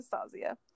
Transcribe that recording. anastasia